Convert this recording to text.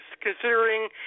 considering